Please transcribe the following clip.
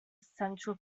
central